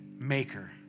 maker